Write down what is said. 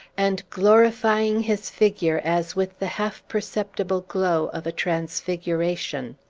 and glorifying his figure as with the half-perceptible glow of a transfiguration